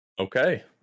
Okay